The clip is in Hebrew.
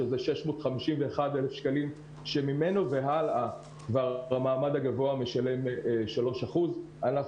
שזה 651 אלף שקלים שממנו והלאה המעמד הגבוה משלם כבר 3%. אנחנו